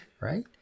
right